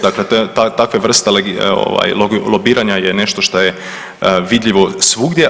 Dakle, takva vrsta lobiranja je nešto što je vidljivo svugdje.